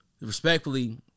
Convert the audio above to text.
respectfully